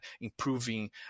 improving